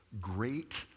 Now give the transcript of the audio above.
great